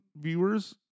viewers